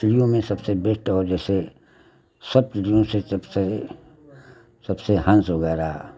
चिड़ियों में सबसे बेस्ट और जैसे सब चिड़ियों से सबसे सबसे हंस वगैरह